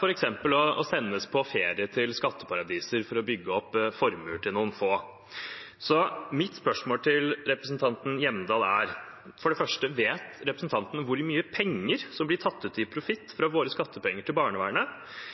f.eks. sendes på ferie til skatteparadiser for å bygge opp formuer til noen få. Mitt spørsmål til representanten Hjemdal er for det første: Vet representanten hvor mye penger som blir tatt ut i profitt